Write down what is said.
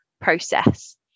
process